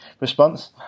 response